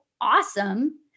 awesome